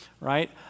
right